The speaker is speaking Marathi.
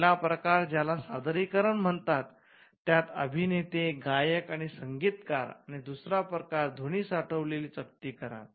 पहिला प्रकार ज्याला सादरीकरण म्हणतात त्यात अभिनेते गायक आणि संगीतकार आणि दुसरा प्रकार ध्वनी साठवलेली चकती करार